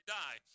die